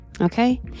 okay